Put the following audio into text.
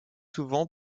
souvent